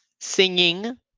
singing